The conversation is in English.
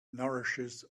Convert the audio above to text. nourishes